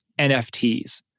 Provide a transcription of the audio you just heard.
NFTs